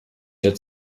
der